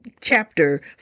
chapter